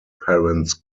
parents